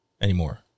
anymore